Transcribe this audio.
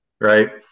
right